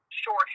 short